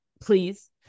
please